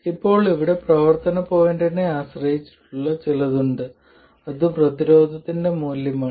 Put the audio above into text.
ഇപ്പോൾ ഇവിടെ പ്രവർത്തന പോയിന്റിനെ ആശ്രയിച്ചുള്ള ചിലത് ഉണ്ട് അത് പ്രതിരോധത്തിന്റെ മൂല്യമാണ്